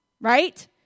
right